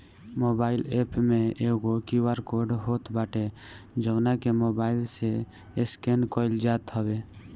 mobile app में एगो QR code होत बाटे जवना के मोबाईल से स्केन कईल जात हवे